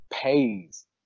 pays